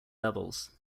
levels